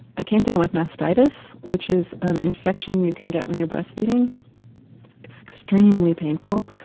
i came down with mastitis which is an infection you can get when you are breastfeeding extremely painful.